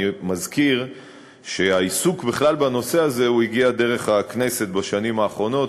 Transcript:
אני מזכיר שהעיסוק בכלל בנושא הזה הגיע דרך הכנסת בשנים האחרונות,